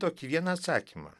tokį vieną atsakymą